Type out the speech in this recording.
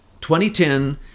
2010